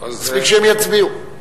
מספיק שהם יצביעו.